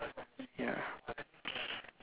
ya